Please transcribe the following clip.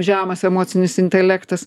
žemas emocinis intelektas